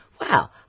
Wow